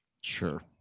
sure